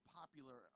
popular